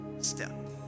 step